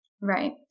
Right